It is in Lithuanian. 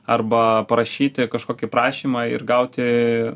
arba parašyti kažkokį prašymą ir gauti